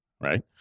right